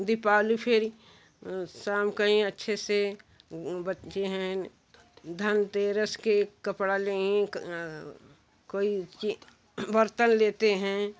दीपावली फिर शाम कई अच्छे से बच्चे हैं धनतेरस के कपड़ा लेते हैं कोई ची बर्तन लेते हैं